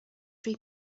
free